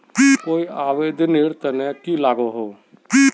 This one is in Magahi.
कोई आवेदन नेर तने की लागोहो?